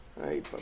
Hey